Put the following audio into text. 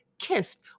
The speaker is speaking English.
kissed